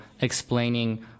explaining